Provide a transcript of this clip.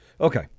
Okay